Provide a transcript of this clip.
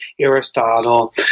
Aristotle